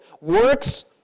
works